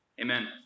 Amen